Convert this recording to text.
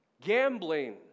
Gambling